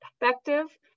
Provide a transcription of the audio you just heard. perspective